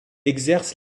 exerce